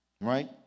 Right